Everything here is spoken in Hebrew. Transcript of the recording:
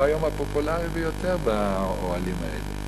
הוא היום הפופולרי ביותר באוהלים האלה.